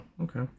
okay